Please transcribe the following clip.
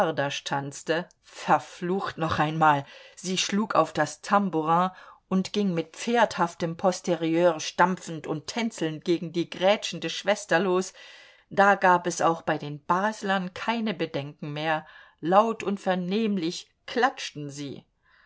tanzte verflucht noch einmal sie schlug auf das tamburin und ging mit pferdhaftem posterieur stampfend und tänzelnd gegen die grätschende schwester los da gab es auch bei den baslern keine bedenken mehr laut und vernehmlich klatschten sie